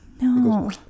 no